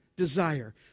desire